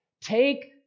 Take